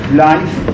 life